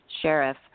sheriff